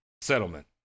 settlement